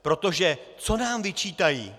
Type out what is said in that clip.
Protože co nám vyčítají?